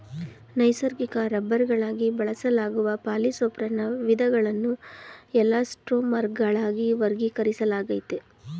ನೈಸರ್ಗಿಕ ರಬ್ಬರ್ಗಳಾಗಿ ಬಳಸಲಾಗುವ ಪಾಲಿಸೊಪ್ರೆನ್ನ ವಿಧಗಳನ್ನು ಎಲಾಸ್ಟೊಮರ್ಗಳಾಗಿ ವರ್ಗೀಕರಿಸಲಾಗಯ್ತೆ